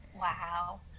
Wow